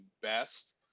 best